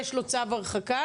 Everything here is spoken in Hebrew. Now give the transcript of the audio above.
יש לו צו הרחקה.